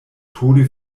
tode